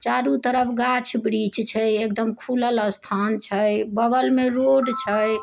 चारू तरफ गाछ वृछ छै एकदम खुलल स्थान छै बगलमे रोड छै